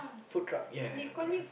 food club ya correct